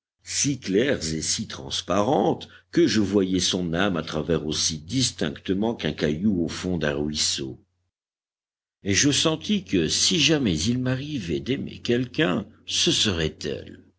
si claires et si transparentes que je voyais son âme à travers aussi distinctement qu'un caillou au fond d'un ruisseau et je sentis que si jamais il m'arrivait d'aimer quelqu'un ce